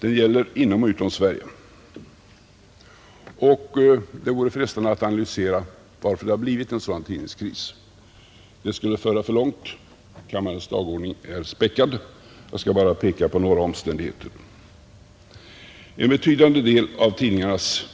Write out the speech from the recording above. Den gör sig gällande både inom och utom Sverige. Det vore frestande att analysera varför det uppstått en sådan tidningskris, men det skulle föra för långt — kammarens dagordning är späckad. Jag skall bara peka på några omständigheter. En betydande del av tidningarnas